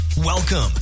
Welcome